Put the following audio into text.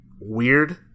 weird